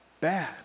bad